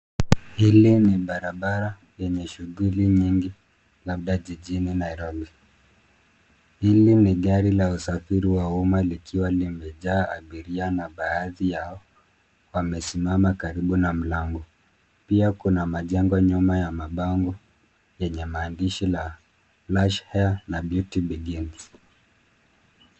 Hili barabara lenye Shuguli nyingi labda jijini Nairobi, Hili ni gari la usafiri wa umma likiwa limejaa abiria na baadhi yao wamesimama karibu na mlango pia kuna majengo nyuma ya mabango yenye maandishi la[ lush hair ]na[ beauty begins].